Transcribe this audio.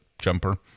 jumper